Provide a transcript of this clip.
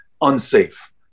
unsafe